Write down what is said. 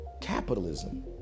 capitalism